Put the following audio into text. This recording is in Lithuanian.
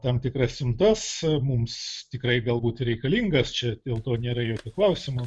tam tikras siuntas mums tikrai galbūt reikalingas čia dėl to nėra jokių klausimų